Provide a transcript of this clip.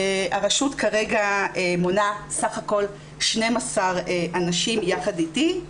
הרשות כרגע מונה סך הכל 12 אנשים יחד איתי.